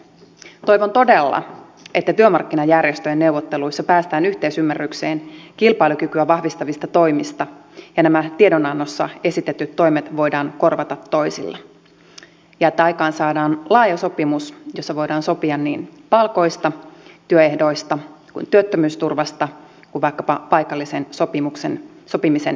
toivon todella että työmarkkinajärjestöjen neuvotteluissa päästään yhteisymmärrykseen kilpailukykyä vahvistavista toimista ja nämä tiedonannossa esitetyt toimet voidaan korvata toisilla ja että aikaansaadaan laaja sopimus jossa voidaan sopia niin palkoista työehdoista kuin työttömyysturvasta kuin vaikkapa paikallisen sopimisen pelisäännöistä